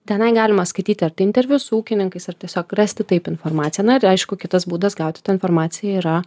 tenai galima skaityti ar tai interviu su ūkininkais ar tiesiog rasti taip informaciją na ir aišku kitas būdas gauti informaciją yra